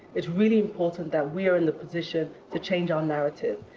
it's really important that we are in the position to change our narrative.